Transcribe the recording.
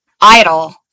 idle